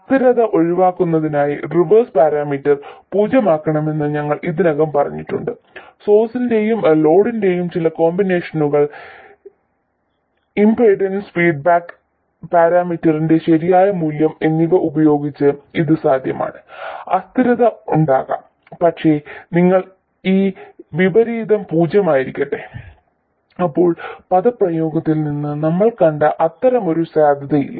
അസ്ഥിരത ഒഴിവാക്കുന്നതിനായി reverse parameter പൂജ്യമാക്കണമെന്ന് ഞങ്ങൾ ഇതിനകം പറഞ്ഞിട്ടുണ്ട് സോഴ്സിന്റെയും ലോഡിന്റെയും ചില കോമ്പിനേഷനുകൾ ഇംപെൻഡൻസ് ഫീഡ്ബാക്ക് പാരാമീറ്ററിന്റെ ശരിയായ മൂല്യം എന്നിവ ഉപയോഗിച്ച് ഇത് സാധ്യമാണ് അസ്ഥിരത ഉണ്ടാകാം പക്ഷേ നിങ്ങൾ ഈ വിപരീതം പൂജ്യമായിരിക്കട്ടെ അപ്പോൾ പദപ്രയോഗത്തിൽ നിന്ന് നമ്മൾ കണ്ട അത്തരമൊരു സാധ്യതയില്ല